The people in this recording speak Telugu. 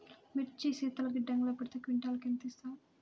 మిర్చి శీతల గిడ్డంగిలో పెడితే క్వింటాలుకు ఎంత ఇస్తారు?